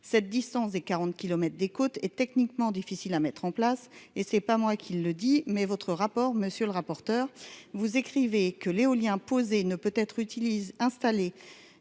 cette distance des 40 kilomètres des côtes et techniquement difficile à mettre en place et c'est pas moi qui le dit mais votre rapport, monsieur le rapporteur, vous écrivez que l'éolien posé ne peut être utilise